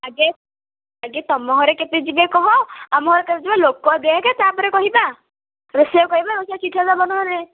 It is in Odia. ଆଗେ ଆଗେ ତୁମ ଘରେ କେତେ ଯିବେ କହ ଆମ ଘରେ କେତେ ଯିବେ ଲୋକ ଦେଖେ ତା'ପରେ କହିବା ରୋଷେୟାକୁ କହିବା ଆଉ ସେ ଚିଠା ଦେବ ନହେଲେ